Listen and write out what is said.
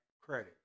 credit